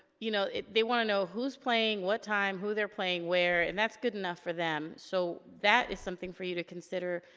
you know, they wanna know who's playing, what time, who they're playing, where, and that's good enough for them. so, that is something for you to consider,